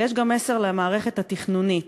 אבל יש גם מסר למערכת התכנונית.